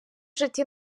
житті